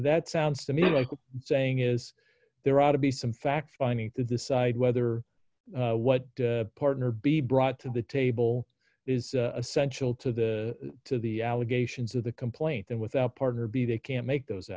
that sounds to me like i'm saying is there ought to be some fact finding to decide whether what partner be brought to the table is essential to the to the allegations of the complaint than without a partner be they can't make those